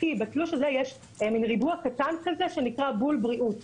כי בתלוש הזה יש מין ריבוע קטן כזה שנקרא בול בריאות.